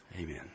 amen